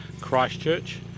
Christchurch